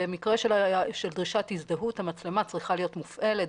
במקרה של דרישת הזדהות המצלמה צריכה להיות מופעלת.